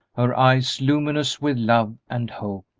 her eyes, luminous with love and hope,